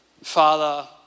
Father